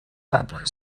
public